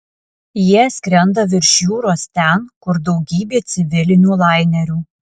jie skrenda virš jūros ten kur daugybė civilinių lainerių